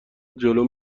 جلو